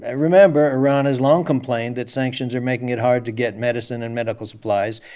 ah remember, iran has long complained that sanctions are making it hard to get medicine and medical supplies,